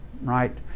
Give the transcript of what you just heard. right